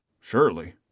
Surely